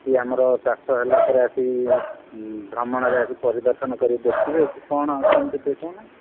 କି ଆମର ଚାଷ ହେଲା ପରେ ଆସି ଭ୍ରମଣରେ ଆସି ପରିଦର୍ଶନ କରି ଦେଖିବେ କି କ'ଣ କେମିତି ଟିକେ କହୁନା